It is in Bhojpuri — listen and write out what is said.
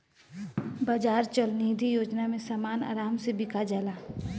बाजार चल निधी योजना में समान आराम से बिका जाला